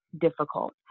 difficult